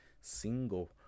single